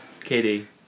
Katie